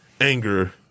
anger